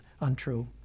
untrue